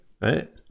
right